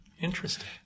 Interesting